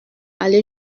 aller